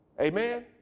Amen